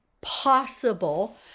possible